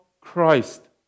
Christ